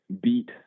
beat